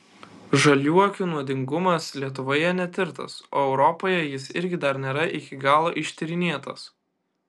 žaliuokių nuodingumas lietuvoje netirtas o europoje jis irgi dar nėra iki galo ištyrinėtas